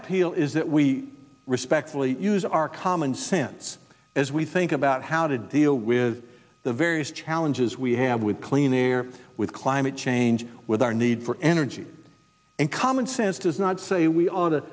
appeal is that we respectfully use our common sense as we think about how to deal with the various challenges we have with clean air with climate change with our need for energy and common sense does not say we ought to